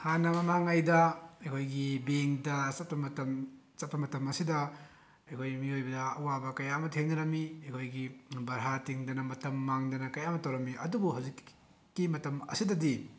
ꯍꯥꯟꯅ ꯃꯃꯥꯡꯉꯩꯗ ꯑꯩꯈꯣꯏꯒꯤ ꯕꯦꯡꯇ ꯆꯠꯄ ꯃꯇꯝ ꯆꯠꯄ ꯃꯇꯝ ꯑꯁꯤꯗ ꯑꯩꯈꯣꯏ ꯃꯤꯑꯣꯏꯕꯗ ꯑꯋꯥꯕ ꯀꯌꯥ ꯑꯃ ꯊꯦꯡꯅꯔꯝꯃꯤ ꯑꯩꯈꯣꯏꯒꯤ ꯚꯔꯥ ꯇꯤꯡꯗꯅ ꯃꯇꯝ ꯃꯥꯡꯗꯅ ꯀꯌꯥ ꯑꯃ ꯇꯧꯔꯝꯃꯤ ꯑꯗꯨꯕꯨ ꯍꯧꯖꯤꯛꯀꯤ ꯃꯇꯝ ꯑꯁꯤꯗꯗꯤ